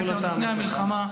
לפני המלחמה,